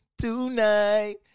tonight